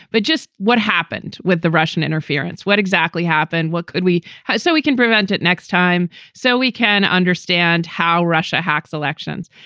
but just what happened with the russian interference? what exactly happened? what could we have so we can prevent it next time so we can understand how russia hacks elections?